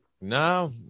No